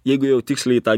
jeigu jau tiksliai tą